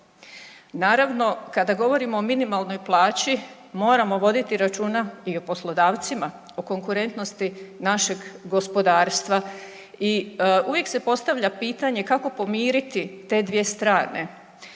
Naravno, kada govorimo o minimalnoj plaći moramo voditi računa i o poslodavcima, o konkurentnosti našeg gospodarstva i uvijek se postavlja pitanje kako pomiriti te dvije strane,